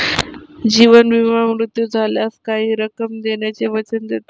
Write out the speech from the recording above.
जीवन विमा मृत्यू झाल्यास काही रक्कम देण्याचे वचन देतो